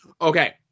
Okay